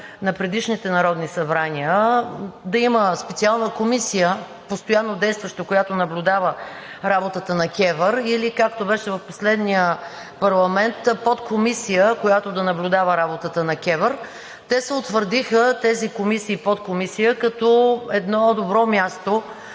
на предишните народни събрания да има специална комисия – постоянно действаща, която наблюдава работата на КЕВР, или и както беше в последния парламент – подкомисия, която да наблюдава работата на КЕВР. Те се утвърдиха – тези комисии и подкомисия, като едно добро място